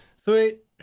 Sweet